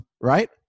right